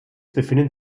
befindet